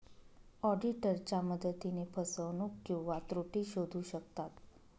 ऑडिटरच्या मदतीने फसवणूक किंवा त्रुटी शोधू शकतात